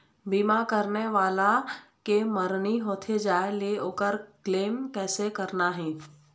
बीमा करने वाला के मरनी होथे जाय ले, ओकर क्लेम कैसे करना हे?